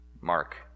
Mark